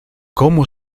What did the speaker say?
cómo